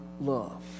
love